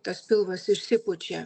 tas pilvas išsipučia